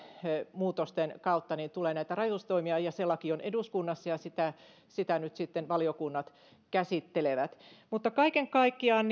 muutoksen kautta rajoitustoimia se laki on eduskunnassa ja sitä sitä nyt sitten valiokunnat käsittelevät kaiken kaikkiaan